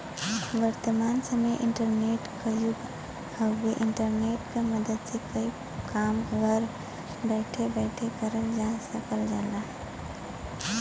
वर्तमान समय इंटरनेट क युग हउवे इंटरनेट क मदद से कई काम घर बैठे बैठे करल जा सकल जाला